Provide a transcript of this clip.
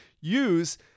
use